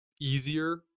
easier